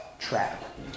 trap